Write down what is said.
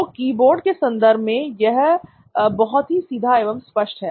तो कीबोर्ड के संदर्भ में यह बहुत ही सीधा एवं स्पष्ट है